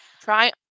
Try